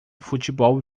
futebol